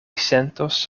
sentos